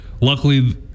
luckily